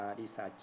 research